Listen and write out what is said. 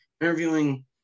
interviewing